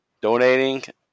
donating